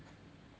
so